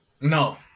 no